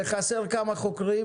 שחסרים כמה חוקרים.